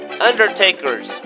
Undertakers